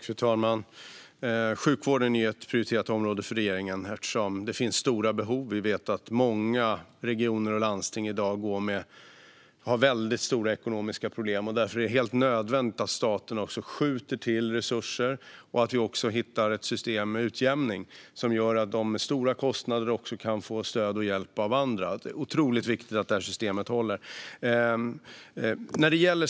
Fru talman! Sjukvården är ett prioriterat område för regeringen, eftersom det finns stora behov. Vi vet att många regioner och landsting i dag har väldigt stora ekonomiska problem. Därför är det helt nödvändigt att staten skjuter till resurser och att vi hittar ett system för utjämning som gör att de med stora kostnader också kan få stöd och hjälp av andra. Det är otroligt viktigt att det här systemet håller.